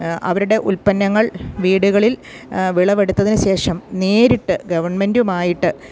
അവരുടെ ഉൽപ്പന്നങ്ങൾ വീടുകളിൽ വിളവെടുത്തതിന് ശേഷം നേരിട്ട് ഗവൺമെൻറ്റുമായിട്ട്